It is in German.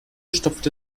stopfte